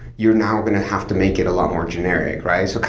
you're now going to have to make it a lot more generic, right? so